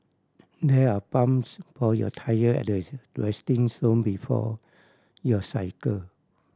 there are pumps for your tyre at the resting zone before you cycle